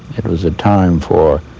it was a time for